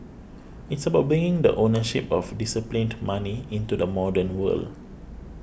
it's about bringing the ownership of disciplined money into the modern world